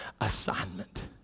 assignment